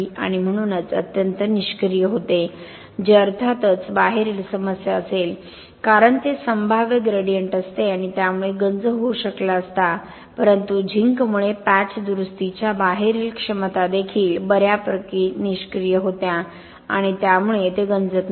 आणि म्हणूनच अत्यंत निष्क्रीय होते जे अर्थातच बाहेरील समस्या असेल कारण ते संभाव्य ग्रेडियंट असते आणि त्यामुळे गंज होऊ शकला असता परंतु झिंकमुळे पॅच दुरुस्तीच्या बाहेरील क्षमता देखील बर्यापैकी निष्क्रीय होत्या आणि त्यामुळे ते गंजत नव्हते